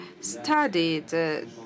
studied